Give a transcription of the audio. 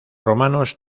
romanos